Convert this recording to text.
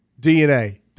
DNA